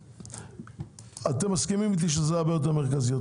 אתם מסכימים איתי שזה הרבה יותר מרכזי?